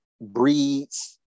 breeds